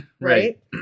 Right